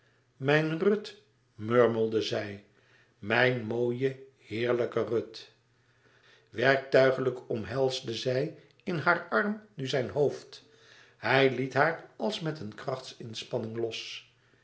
murmelde zij mijn mooie heerlijke rud werktuigelijk omhelsde zij in haar arm nu zijn hoofd hij liet haar als met een krachtsinspanning los